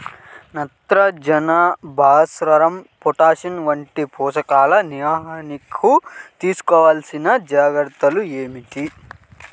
నత్రజని, భాస్వరం, పొటాష్ వంటి పోషకాల నిర్వహణకు తీసుకోవలసిన జాగ్రత్తలు ఏమిటీ?